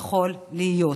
יכול להיות.